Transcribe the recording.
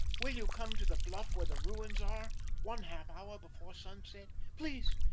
will you come to the bluff where the ruins are one-half hour before sunset? please,